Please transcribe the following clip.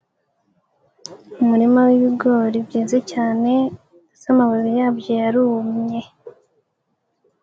Umurima w'ibigori byeze cyane n'amababi yabyo yarumye.